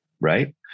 right